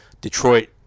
Detroit